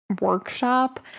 workshop